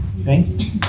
okay